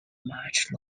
much